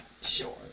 Sure